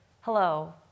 Hello